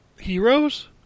Heroes